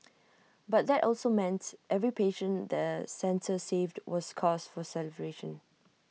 but that also meant every patient the centre saved was cause for celebration